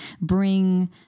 bring